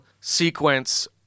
sequence